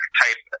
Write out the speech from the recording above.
type